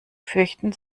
fürchten